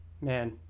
man